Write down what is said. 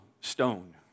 stone